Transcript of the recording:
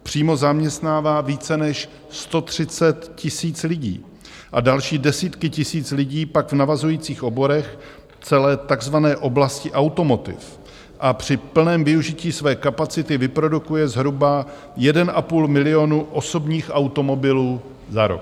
Přímo zaměstnává více než 130 000 lidí a další desítky tisíc lidí pak v navazujících oborech, v celé takzvané oblasti automotiv, a při plném využití své kapacity vyprodukuje zhruba 1,5 milionu osobních automobilů za rok.